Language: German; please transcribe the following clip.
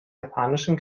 japanischen